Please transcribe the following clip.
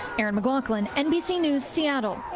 erin mclaughlin, nbc news seattle.